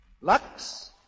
Lux